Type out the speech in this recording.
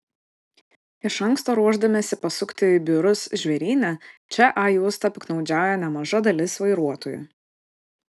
iš anksto ruošdamiesi pasukti į biurus žvėryne čia a juosta piktnaudžiauja nemaža dalis vairuotojų